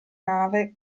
nave